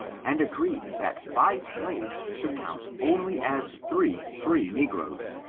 and agreed that five slaves should count only as three free negroes.